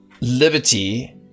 Liberty